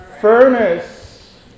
furnace